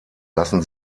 lassen